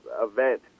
event